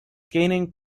gaining